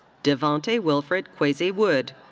devonte wilfred quasie-woode.